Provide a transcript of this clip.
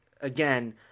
again